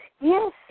Yes